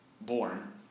born